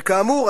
וכאמור,